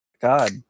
God